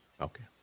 okay